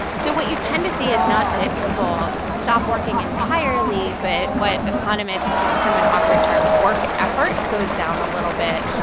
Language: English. so what you tend to see is not that people stop working entirely. but what economists it's kind of an awkward term work effort goes down a little bit.